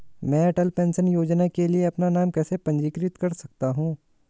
मैं अटल पेंशन योजना के लिए अपना नाम कैसे पंजीकृत कर सकता हूं?